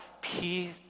Peace